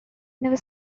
never